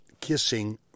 kissing